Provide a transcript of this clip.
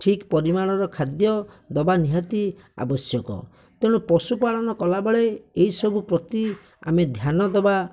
ଠିକ୍ ପରିମାଣର ଖାଦ୍ୟ ଦେବା ନିହାତି ଆବଶ୍ୟକ ତେଣୁ ପଶୁପାଳନ କଲାବେଳେ ଏହିସବୁ ପ୍ରତି ଆମେ ଧ୍ୟାନଦେବା